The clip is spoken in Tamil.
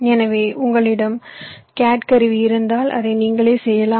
எனவே உங்களிடம் கேட் கருவி இருந்தால் அதை நீங்களே செய்யலாம்